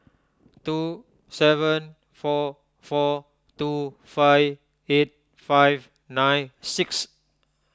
two seven four four two five eight five nine six